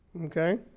Okay